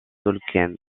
tolkien